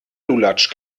lulatsch